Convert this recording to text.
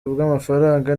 bw’amafaranga